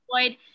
avoid